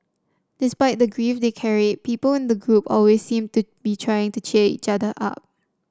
despite the grief they carried people in the group always seemed to be trying to cheer each other up